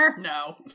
No